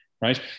Right